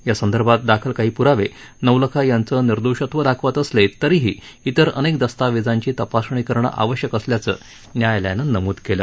या संदर्भात दाखल काही प्रावे नवलखा यांचं निर्दोषत्व दाखवत असले तरीही इतर अनेक दस्तावेजांची तपासणी करणं आवश्यक असल्याचं न्यायालयानं नमूद केलं